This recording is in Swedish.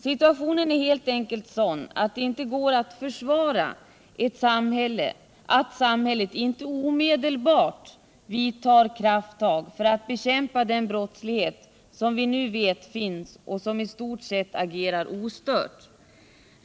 Situationen är helt enkelt sådan att det inte går att försvara att samhället inte omedelbart vidtar krafttag för att bekämpa den brottslighet vi nu vet finns och som i stort sett agerar ostörd.